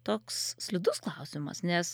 toks slidus klausimas nes